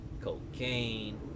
cocaine